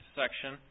section